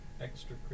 Extra